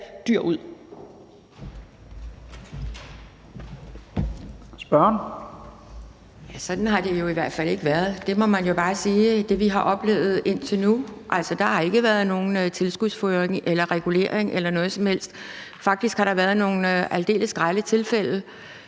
Pia Kjærsgaard (DF): Sådan har det jo i hvert fald ikke været – det må man jo bare sige – i det, vi har oplevet indtil nu. Altså, der har ikke været nogen tilskudsfodring eller regulering eller noget som helst. Faktisk har der været nogle aldeles grelle tilfælde,